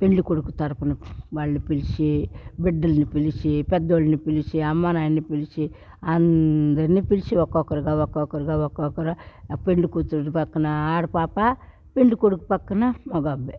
పెండ్లికొడుకు తరపున వాళ్ళు పిలిచి బిడ్డలని పిలిచి పెద్దోళ్ళని పిలిచి అమ్మా నాయన్ని పిలిచి అందరినీ పిలిచి ఒక్కొక్కరుగా ఒక్కొక్కరుగా ఒక్కొక్కరు పెళ్లికూతురు తరపున ఆడ పాప పెండ్లికొడుకు తరపున మొగ అబ్బాయి